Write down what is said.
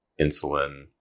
insulin